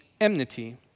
enmity